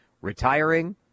retiring